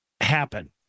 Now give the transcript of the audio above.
happen